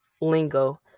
lingo